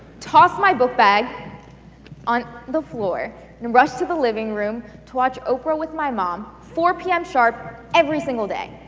toss my book bag on the floor and rush to the living room to watch oprah with my mom, four pm sharp, every single day.